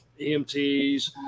EMTs